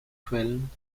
quellen